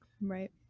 Right